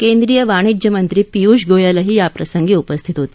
केंद्रीय वाणिज्य मंत्री पियुष गोयलही या प्रसंगी उपस्थित होते